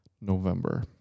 November